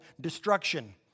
destruction